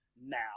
now